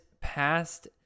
past